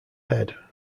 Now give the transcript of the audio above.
head